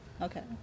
Okay